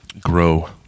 Grow